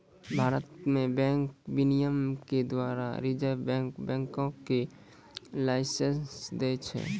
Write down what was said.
भारत मे बैंक विनियमन के द्वारा रिजर्व बैंक बैंको के लाइसेंस दै छै